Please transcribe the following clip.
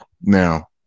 Now